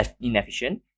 inefficient